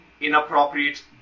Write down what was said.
inappropriate